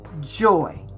joy